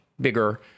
bigger